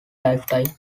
lifetime